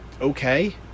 okay